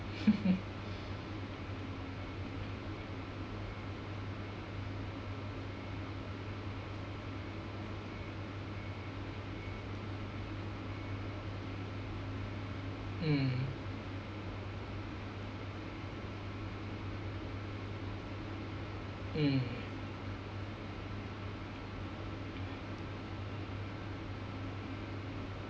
mm mm